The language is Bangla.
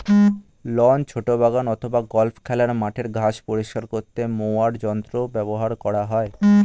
লন, ছোট বাগান অথবা গল্ফ খেলার মাঠের ঘাস পরিষ্কার করতে মোয়ার যন্ত্র ব্যবহার করা হয়